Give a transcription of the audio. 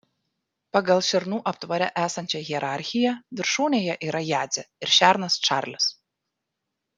pagal šernų aptvare esančią hierarchiją viršūnėje yra jadzė ir šernas čarlis